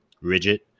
rigid